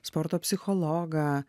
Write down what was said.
sporto psichologą